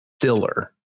filler